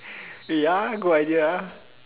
ya good idea ah